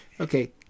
Okay